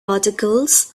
articles